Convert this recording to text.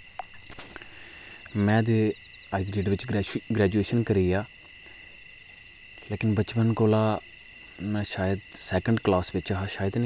जेह्ड़ा अज्ज दे टाइम बिच ग्रैजुएशन करी आ लेकिन बचपन कोला में शायद सैकंड क्लास बिच हा शायद